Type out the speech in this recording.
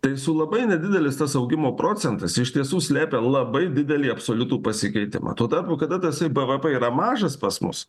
tai su labai nedidelis tas augimo procentas iš tiesų slepia labai didelį absoliutų pasikeitimą tuo tarpu kada tasai bvp yra mažas pas mus